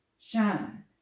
shine